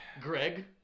Greg